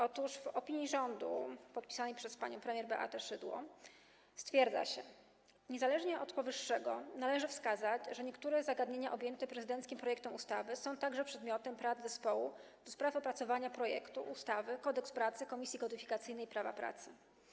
Otóż w opinii rządu podpisanej przez panią premier Beatę Szydło stwierdza się: Niezależnie od powyższego należy wskazać, że niektóre zagadnienia objęte prezydenckim projektem ustawy są także przedmiotem prac zespołu do spraw opracowania projektu ustawy Kodeks pracy Komisji Kodyfikacyjnej Prawa Pracy.